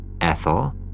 Ethel